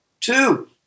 Two